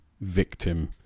victim